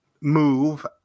move